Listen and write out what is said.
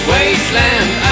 Wasteland